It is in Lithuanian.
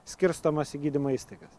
skirstomos į gydymo įstaigas